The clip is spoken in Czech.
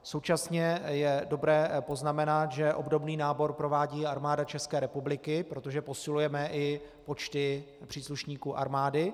Současně je dobré poznamenat, že obdobný nábor provádí Armáda České republiky, protože posilujeme i počty příslušníků armády.